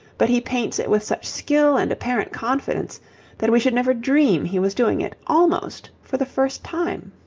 but he paints it with such skill and apparent confidence that we should never dream he was doing it almost for the first time.